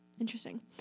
Interesting